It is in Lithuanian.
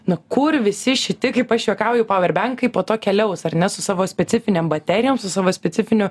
na kur visi šiti kaip aš juokauju power bankai po to keliaus ar ne su savo specifinėm baterijom su savo specifiniu